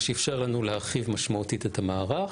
מה שאפשר לנו להרחיב, משמעותית, את המערך,